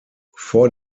vor